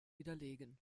widerlegen